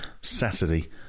Saturday